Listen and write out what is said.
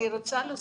אני רוצה להוסיף,